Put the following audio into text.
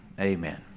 Amen